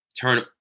turn